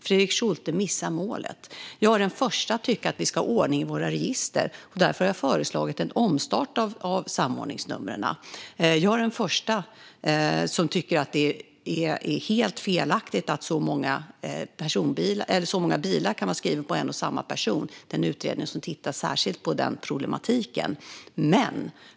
Fredrik Schulte missar målet. Jag är den första att tycka att vi ska ha ordning i våra register, och därför har jag föreslagit en omstart av samordningsnumren. Jag är den första att tycka att det är helt felaktigt att så många bilar kan vara skrivna på en och samma person, och det finns en utredning som tittar särskilt på den problematiken.